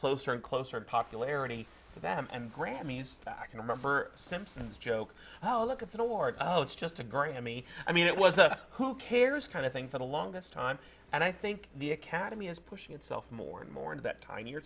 closer and closer popularity to them and grammys back and remember simpsons joke oh look it's an award oh it's just a grammy i mean it was a who cares kind of thing for the longest time and i think the academy is pushing itself more and more in that ti